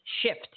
Shift